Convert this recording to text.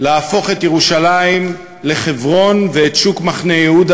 להפוך את ירושלים לחברון ואת שוק מחנה-יהודה